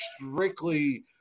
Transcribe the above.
strictly